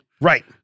Right